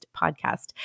podcast